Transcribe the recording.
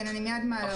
אני מייד מעלה אותו.